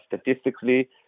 statistically